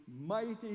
mighty